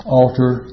altar